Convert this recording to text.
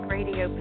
Radio